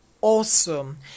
awesome